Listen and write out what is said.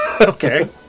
Okay